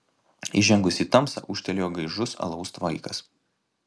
įžengus į tamsą ūžtelėjo gaižus alaus tvaikas